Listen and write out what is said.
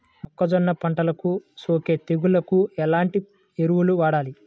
మొక్కజొన్న పంటలకు సోకే తెగుళ్లకు ఎలాంటి ఎరువులు వాడాలి?